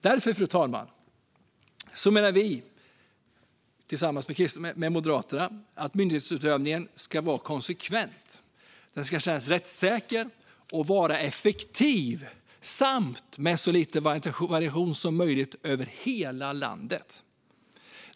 Därför, fru talman, menar vi tillsammans med Moderaterna att myndighetsutövningen ska vara konsekvent, kännas rättssäker och vara effektiv samt ha så lite variation som möjligt över hela landet.